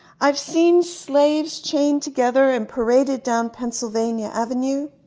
i've seen slaves chained together and paraded down pennsylvania avenue.